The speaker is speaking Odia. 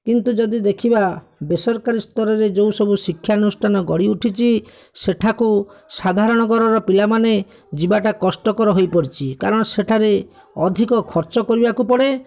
କିନ୍ତୁ ଯଦି ଦେଖିବା ବେସରକାରୀ ସ୍ତରରେ ଯେଉଁ ସବୁ ଶିକ୍ଷାନୁଷ୍ଠାନ ଗଢ଼ି ଉଠିଛି ସେଠାକୁ ସାଧାରଣ ଘରର ପିଲାମାନେ ଯିବାଟା କଷ୍ଟକର ହୋଇ ପଡ଼ିଛି କାରଣ ସେଠାରେ ଅଧିକ ଖର୍ଚ୍ଚ କରିବାକୁ ପଡ଼େ